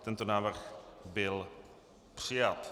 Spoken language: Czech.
Tento návrh byl přijat.